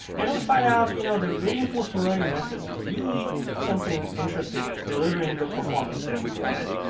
and then we find out you know the reinforceable learning methods really something interesting, is delivering the performance that we wanted.